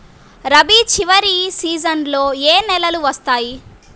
రబీ చివరి సీజన్లో ఏ నెలలు వస్తాయి?